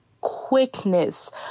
quickness